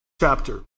chapter